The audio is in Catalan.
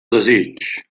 desig